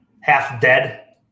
half-dead